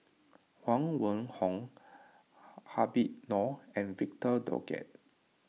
Huang Wenhong Habib Noh and Victor Doggett